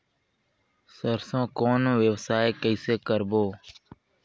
सरसो कौन व्यवसाय कइसे करबो?